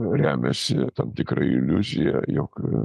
remiasi tam tikra iliuzija jog